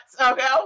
Okay